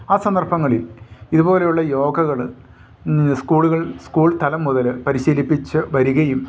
ആ സന്ദർഭങ്ങളിൽ ഇതു പോലെയുള്ള യോഗകൾ സ്കൂളുകൾ സ്കൂൾ തലം മുതൽ പരിശീലിപ്പിച്ചു വരികയും